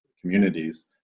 communities